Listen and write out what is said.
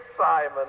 Simon